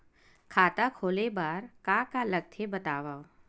खाता खोले बार का का लगथे बतावव?